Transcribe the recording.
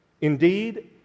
Indeed